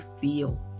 feel